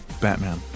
Batman